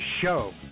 show